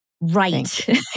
right